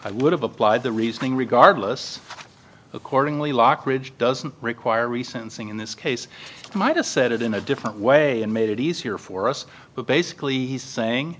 i would have applied the reasoning regardless accordingly lockridge doesn't require recent thing in this case my to set it in a different way and made it easier for us but basically he's saying